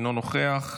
אינו נוכח,